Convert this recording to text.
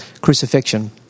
crucifixion